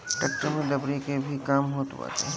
tractor से दवरी के भी काम होत बाटे